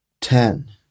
Ten